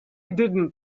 didn’t